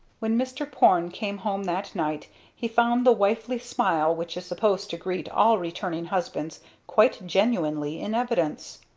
when mr. porne came home that night he found the wifely smile which is supposed to greet all returning husbands quite genuinely in evidence.